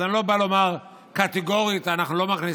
אז אני לא בא לומר קטגורית: אנחנו לא מכניסים,